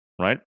Right